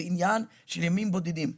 זה עניין של ימים בודדים,